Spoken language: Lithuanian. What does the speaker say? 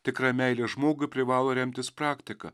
tikra meilė žmogui privalo remtis praktika